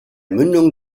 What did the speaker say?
mündung